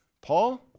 Paul